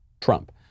Trump